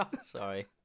Sorry